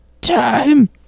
time